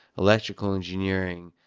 electrical engineering,